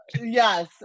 yes